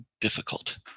difficult